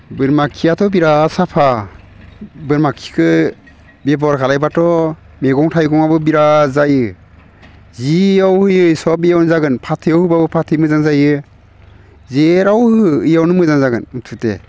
बोरमा खियाथ' बिराद साफा बोरमा खिखो बेब'हार खालामब्लाथ' मैगं थाइगङाबो बिराद जायो जियाव होयो सब इयाव जागोन फाथैयाव होब्ला फाथैयाव मोजां जायो जेराव हो इयावनो मोजां जागोन मुथते